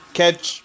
catch